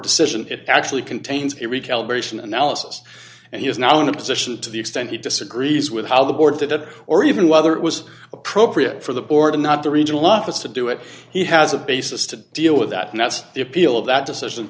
decision to actually contains it recalibration analysis and he is now in a position to the extent he disagrees with how the board did it or even whether it was appropriate for the board and not the regional office to do it he has a basis to deal with that and that's the appeal of that decision